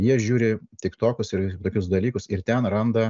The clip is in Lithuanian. jie žiūri tik tokus ir tokius dalykus ir ten randa